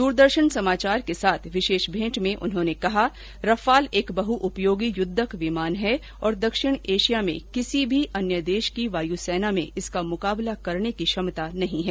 दूरदर्शन समाचार के साथ विशेष भेंट में उन्होंने कहा कि रफाल एक बहुउपयोगी युद्धक विमान है और दक्षिण एशिया में किसी भी अन्य देश की वायुसेना में इसका मुकाबले करने की क्षमता नहीं है